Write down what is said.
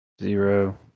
Zero